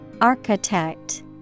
Architect